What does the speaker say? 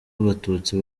abatutsi